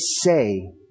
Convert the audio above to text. say